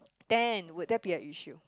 then would that be a issue